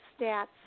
stats